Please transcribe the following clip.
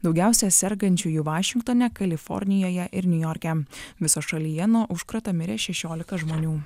daugiausiai sergančiųjų vašingtone kalifornijoje ir niujorke viso šalyje nuo užkrato mirė šešiolika žmonių